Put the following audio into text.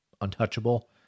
untouchable